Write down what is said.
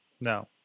no